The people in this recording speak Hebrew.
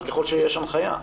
אבל ככל שיש הנחיה.